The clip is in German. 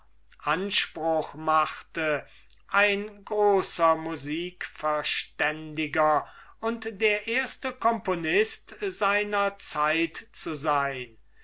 anspruch machte ein großer musikverständiger und der erste componist seiner zeit zu sein